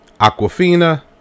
Aquafina